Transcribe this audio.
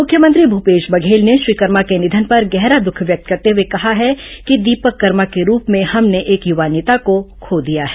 मुख्यमंत्री भूपेश बघेल ने श्री कर्मा के निधन पर गहरा दुख व्यक्त करते हुए कहा है कि दीपक कर्मा के रूप में हमने एक युवा नेता को खो दिया है